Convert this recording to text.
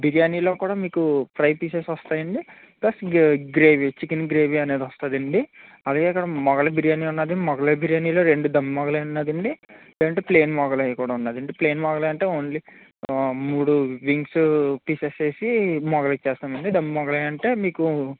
బిర్యానీలో కూడా మీకు ఫ్రై పీసెస్ వస్తాయి అండి ప్లస్ గ్రేవీ చికెన్ గ్రేవీ అనేది వస్తుంది అండి అదేకాక ఇక్కడ మొఘలాయ్ బిర్యానీ ఉన్నది మొఘలాయ్ బిర్యానీలో రెండు దమ్ మొఘలాయ్ ఉన్నది అండి లేదు అంటే ప్లైన్ మొఘలాయ్ కూడా ఉన్నది అండి ప్లైన్ మొఘలాయ్ అంటే ఓన్లీ మూడు వింగ్స్ తీసేసేసి మొఘలాయ్ ఇచ్చేస్తాము అండి దమ్ మొఘలాయ్ అంటే మీకు